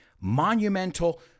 monumental